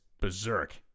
berserk